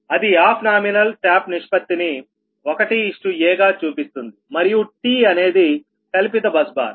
అది of nominal top నిష్పత్తిని 1aగా చూపిస్తుంది మరియు tఅనేది కల్పిత బస్ బార్